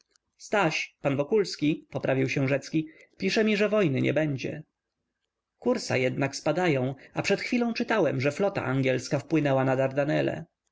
staś pan wokulski poprawił się rzecki pisze mi że wojny nie będzie kursa jednak spadają a przed chwilą czytałem że flota angielska wpłynęła na